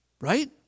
Right